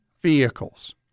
vehicles